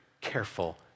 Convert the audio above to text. careful